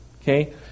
Okay